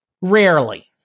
Rarely